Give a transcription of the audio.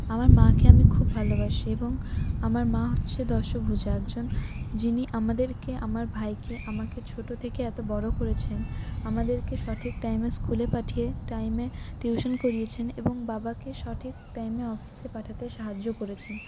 আমার মাকে আমি খুব ভালোবাসি এবং আমার মা হচ্ছে দশভূজা একজন যিনি আমাদেরকে আমার ভাইকে আমাকে ছোট থেকে এত বড় করেছেন আমাদেরকে সঠিক টাইমে স্কুলে পাঠিয়ে টাইমে টিউশন করিয়েছেন এবং বাবাকে সঠিক টাইমে অফিসে পাঠাতে সাহায্য করেছেন